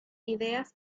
ideas